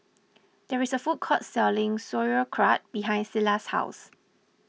there is a food court selling Sauerkraut behind Silas' house